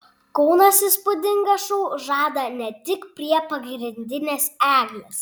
kaunas įspūdingą šou žada ne tik prie pagrindinės eglės